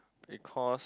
because